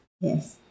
Yes